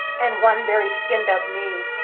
and one very skinned-up knee.